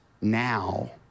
now